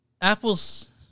Apple's